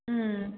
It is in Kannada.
ಹ್ಞೂ